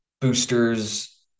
boosters